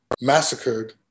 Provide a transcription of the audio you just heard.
massacred